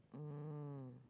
um